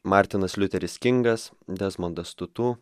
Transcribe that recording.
martynas liuteris kingas desmondas tutu